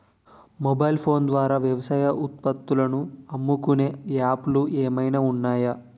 Mobile phone ద్వారా వ్యవసాయ ఉత్పత్తులు అమ్ముకునే యాప్ లు ఏమైనా ఉన్నాయా?